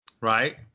Right